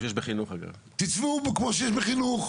תצבעו כמו שיש בחינוך,